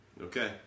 Okay